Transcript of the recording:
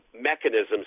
mechanisms